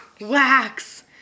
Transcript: Wax